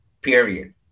period